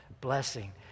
blessing